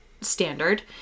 standard